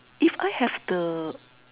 if I have the